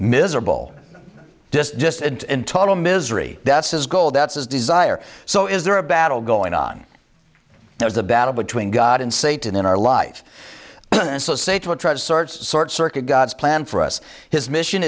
miserable just distant in total misery that's his goal that's his desire so is there a battle going on there's a battle between god and satan in our life and so say to try to sort sort circuit god's plan for us his mission